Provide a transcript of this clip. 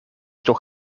toch